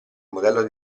modello